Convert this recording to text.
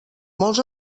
molts